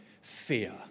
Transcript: fear